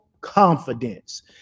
confidence